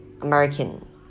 American